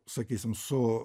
sakysim su